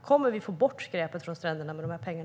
Kommer vi att få bort skräpet från stränderna med dessa pengar?